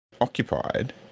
occupied